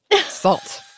salt